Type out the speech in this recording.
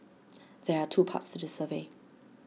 there are two parts to the survey